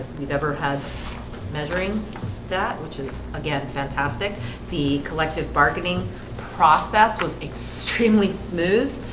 we've ever had measuring that which is again fantastic the collective bargaining process was extremely smooth